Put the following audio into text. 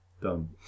done